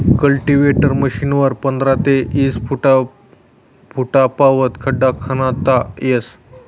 cultivator मशीनवरी पंधरा ते ईस फुटपावत खड्डा खणता येस